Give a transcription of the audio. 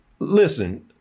Listen